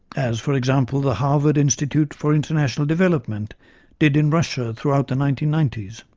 as for example, the harvard institute for international development did in russia throughout the nineteen ninety s.